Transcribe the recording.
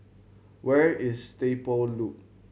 where is Stable Loop